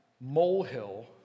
molehill